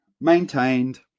maintained